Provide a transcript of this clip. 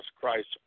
Christ